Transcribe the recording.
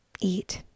eat